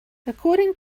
according